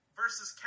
versus